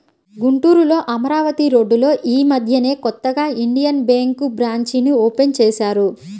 గుంటూరులో అమరావతి రోడ్డులో యీ మద్దెనే కొత్తగా ఇండియన్ బ్యేంకు బ్రాంచీని ఓపెన్ చేశారు